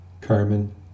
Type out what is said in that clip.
Carmen